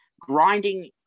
grinding